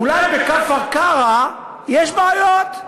אולי בכפר-קרע יש בעיות.